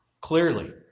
clearly